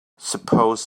suppose